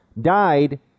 died